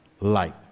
light